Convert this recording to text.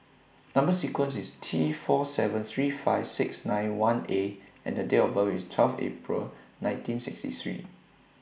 Number sequence IS T four seven three five six nine one A and Date of birth IS twelve April nineteen sixty three